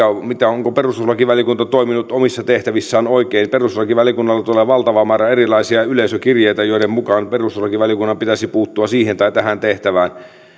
onko perustuslakivaliokunta toiminut omissa tehtävissään oikein perustuslakivaliokunnalle tulee valtava määrä erilaisia yleisökirjeitä joiden mukaan perustuslakivaliokunnan pitäisi puuttua siihen tai tähän tehtävään